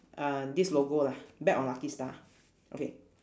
uh this logo lah bet on lucky star okay